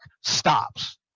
stops